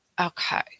Okay